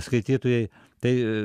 skaitytojai tai